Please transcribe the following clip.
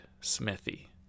smithy